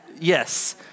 Yes